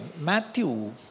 Matthew